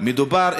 מדובר,